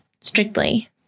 strictly